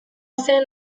zen